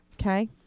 Okay